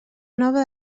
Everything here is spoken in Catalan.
nova